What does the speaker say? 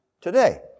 Today